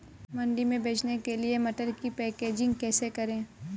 मंडी में बेचने के लिए मटर की पैकेजिंग कैसे करें?